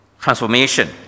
transformation